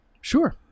Sure